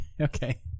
Okay